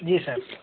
जी sir